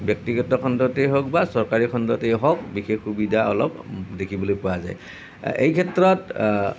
ব্যক্তিগত খণ্ডতে হওক বা চৰকাৰী খণ্ডতেই হওক বিশেষ সুবিধা অলপ দেখিবলৈ পোৱা যায় এই ক্ষেত্ৰত